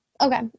Okay